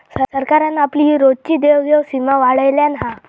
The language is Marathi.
सरकारान आपली रोजची देवघेव सीमा वाढयल्यान हा